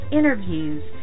interviews